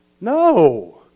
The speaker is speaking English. No